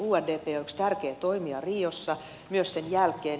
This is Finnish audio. undp on yksi tärkeä toimija riossa ja myös sen jälkeen